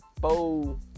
Bo